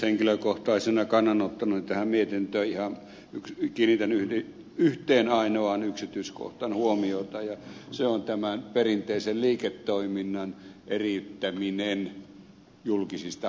henkilökohtaisena kannanottona tähän mietintöön kiinnitän yhteen ainoaan yksityiskohtaan huomiota ja se on perinteisen liiketoiminnan eriyttäminen julkisista hallintotehtävistä